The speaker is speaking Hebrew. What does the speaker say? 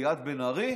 ליאת בן ארי,